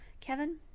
Kevin